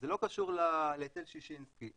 זה לא קשור להיטל ששינסקי.